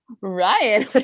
Ryan